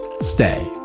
stay